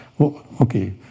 Okay